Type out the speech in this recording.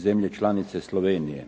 zemlje članice Slovenije,